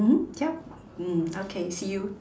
mm yup mm okay see you